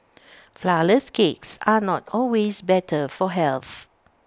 Flourless Cakes are not always better for health